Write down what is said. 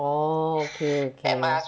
oh okay okay